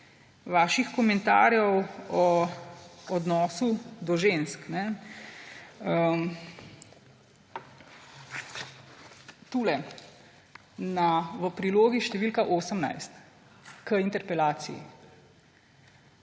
vaših komentarjev o odnosu do žensk. Tukaj, v prilogi številka 18 k interpelaciji,